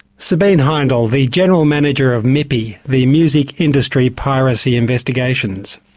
sabiene heindl, the general manager of mipi, the music industry piracy investigations.